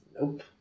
Nope